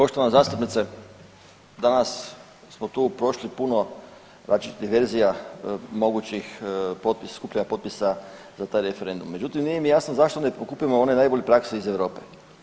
Poštovana zastupnice, danas smo tu prošli puno znači diverzija mogućih skupljanja potpisa za taj referendum, međutim nije mi jasno zašto ne pokupimo one najbolje prakse iz Europe?